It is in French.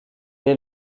est